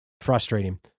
Frustrating